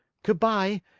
good-by,